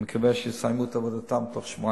אני מקווה שיסיימו את עבודתם בתוך שבועיים.